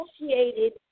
associated